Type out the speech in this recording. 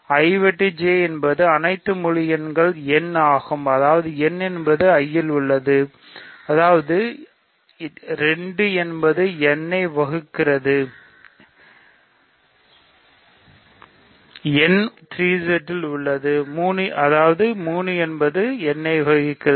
I வெட்டு J என்பது அனைத்து முழு எண் n ஆகும் அதாவது n என்பது I இல் உள்ளது அதாவது 2 என்பது n ஐ வகுக்கிறது n 3Z இல் உள்ளது 3என்பது n ஐ வகுக்கிறது